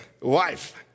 Wife